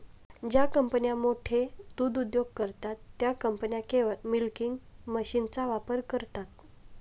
ज्या कंपन्या मोठे दूध उद्योग करतात, त्या कंपन्या केवळ मिल्किंग मशीनचा वापर करतात